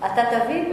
אתה תבין?